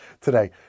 today